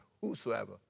whosoever